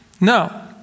No